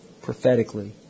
prophetically